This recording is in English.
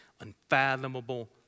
unfathomable